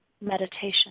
meditation